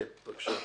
כן, בבקשה.